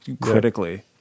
critically